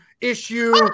issue